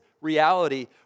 reality